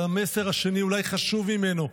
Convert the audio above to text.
המסר השני אולי חשוב ממנו: